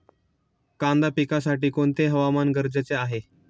कांदा पिकासाठी कोणते हवामान गरजेचे आहे?